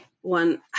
one